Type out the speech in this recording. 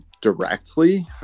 directly